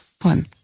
one